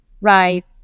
right